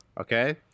Okay